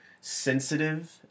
sensitive